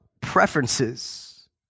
preferences